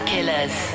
Killers